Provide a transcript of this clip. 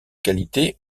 qualité